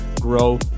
grow